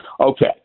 Okay